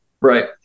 Right